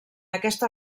aquesta